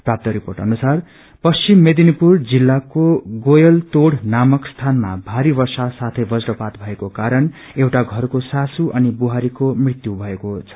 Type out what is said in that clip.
प्राप्त रिपोर्ट अनुसार पश्चिम मेदिनीपुर जिल्लाक्वे गोयलतोड़ नामक स्थानमा भारी वर्ष साथै वज्रपात भएक्वे कारण एउटा षरको सासू अनि बुहारीको मृत्यु भएको छ